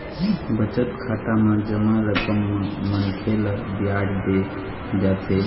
बचत खाता म जमा रकम म मनखे ल बियाज दे जाथे